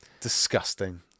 Disgusting